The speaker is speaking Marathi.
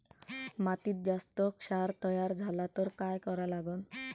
मातीत जास्त क्षार तयार झाला तर काय करा लागन?